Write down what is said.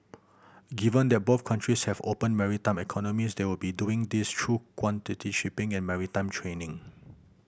given that both countries have open maritime economies they will be doing this through quality shipping and maritime training